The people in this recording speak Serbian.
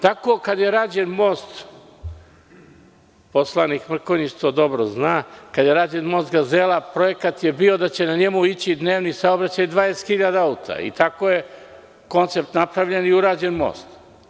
Tako kada je rađen most, poslanik Mrkonjić to dobro zna, „Gazela“ projekat je bio da će na njemu ići dnevni saobraćaj od 20.000 auta, i tako je koncept napravljen i urađen je most.